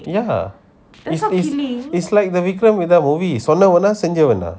yeah is is is like a Vikram வேத:vikram vedha movie சொன்னவேனா செஞ்சிருவான:sonnavena senjiruvana